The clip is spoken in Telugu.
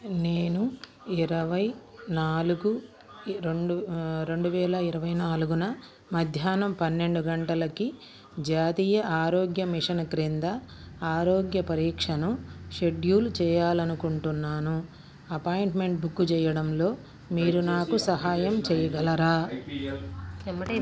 నేను ఇరవై నాలుగు రెండు రెండువేల ఇరవై నాలుగున మధ్యానం పన్నెండు గంటలకి జాతీయ ఆరోగ్య మిషన్ క్రింద ఆరోగ్య పరీక్షను షెడ్యూల్ చేయాలనుకుంటున్నాను అపాయింట్మెంట్ బుక్ చెయ్యడంలో మీరు నాకు సహాయం చేయగలరా